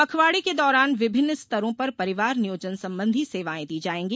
पखवाड़े के दौरान विभिन्न स्तरों पर परिवार नियोजन संबंधी सेवाएँ दी जायेंगी